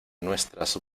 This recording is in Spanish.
nuestras